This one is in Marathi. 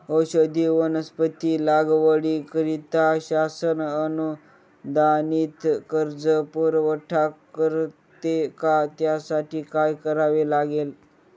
औषधी वनस्पती लागवडीकरिता शासन अनुदानित कर्ज पुरवठा करते का? त्यासाठी काय करावे लागेल?